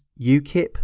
UKIP